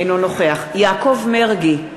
אינו נוכח יעקב מרגי,